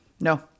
No